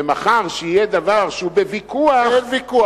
ומחר כשיהיה דבר שהוא בוויכוח, אין ויכוח.